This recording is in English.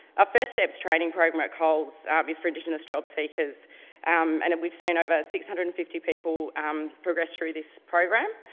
our first steps training program at coles ah is for indigenous job seekers um and and we've seen over six hundred and fifty people um progress through this program.